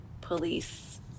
police